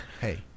hey